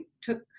took